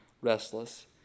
restless